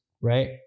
right